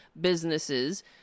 businesses